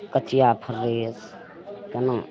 कचिआ फ्रेस कोना